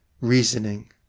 reasoning